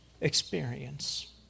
experience